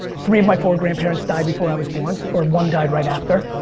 three of my four grandparents died before i was born, or one died right after,